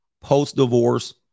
post-divorce